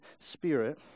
spirit